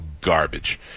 garbage